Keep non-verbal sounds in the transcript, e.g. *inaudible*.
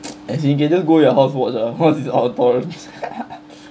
as in can just go your house watch ah cause it's on torrent *laughs*